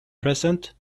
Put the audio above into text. present